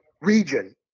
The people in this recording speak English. region